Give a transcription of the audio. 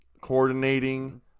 Coordinating